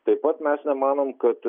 taip pat mes nemanom kad